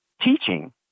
teaching